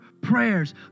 prayers